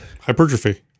Hypertrophy